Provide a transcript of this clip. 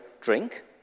drink